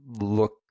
look